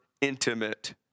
intimate